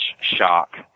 shock